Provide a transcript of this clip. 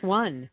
one